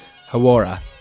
Hawara